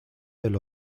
del